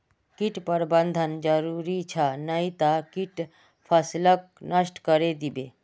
कीट प्रबंधन जरूरी छ नई त कीट फसलक नष्ट करे दीबे